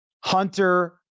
Hunter